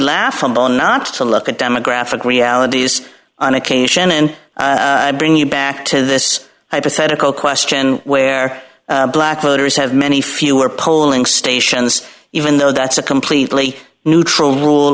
laughable not to look at demographic realities on occasion and bring you back to this hypothetical question where black voters have many fewer polling stations even though that's a completely neutral rule